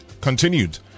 continued